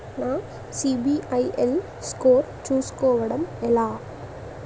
నా సిబిఐఎల్ స్కోర్ చుస్కోవడం ఎలా?